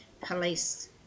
police